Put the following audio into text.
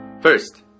First